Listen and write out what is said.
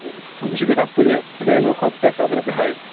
تِم چھِ گژھان پُلے پُلینو کھۄتہٕ ترٛےٚ ساس رۄپیہِ ہاے